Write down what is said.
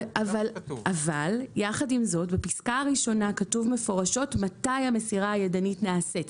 אבל יחד עם זאת בפסקה הראשונה כתוב מפורשת מתי המסירה הידנית נעשית.